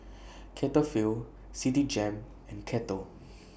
Cetaphil Citigem and Kettle